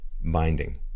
binding